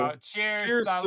Cheers